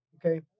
Okay